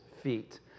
feet